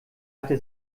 hatte